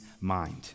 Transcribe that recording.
mind